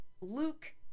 Luke